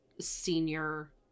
senior